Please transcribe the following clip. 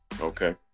Okay